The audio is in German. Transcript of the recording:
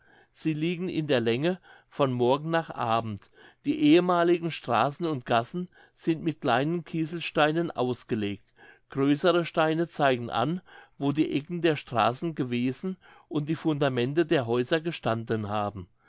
sie liegen in der länge von morgen nach abend die ehemaligen straßen und gassen sind mit kleinen kieselsteinen ausgelegt größere steine zeigen an wo die ecken der straßen gewesen und die fundamente der häuser gestanden haben